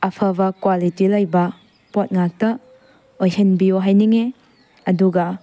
ꯑꯐꯕ ꯀ꯭ꯋꯥꯂꯤꯇꯤ ꯂꯩꯕꯥ ꯄꯣꯠ ꯉꯥꯛꯇ ꯑꯣꯏꯍꯟꯕꯤꯌꯣ ꯍꯥꯏꯅꯤꯡꯉꯦ ꯑꯗꯨꯒ